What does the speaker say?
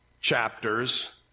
chapters